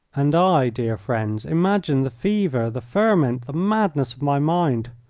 and i, dear friends imagine the fever, the ferment, the madness of my mind!